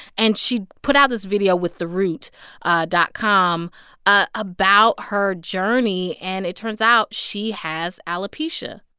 and she put out this video with theroot dot com ah about her journey, and it turns out she has alopecia.